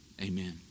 amen